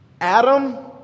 Adam